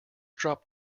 drop